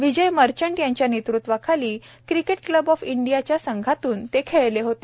विजय मर्चंट यांच्या नेतृत्वाखाली Cricket Club of इंडीयाच्या संघातून ते खेळले होते